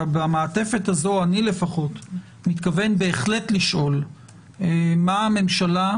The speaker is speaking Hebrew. ובמעטפת הזאת אני לפחות מתכוון בהחלט לשאול מה הממשלה,